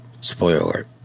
Spoiler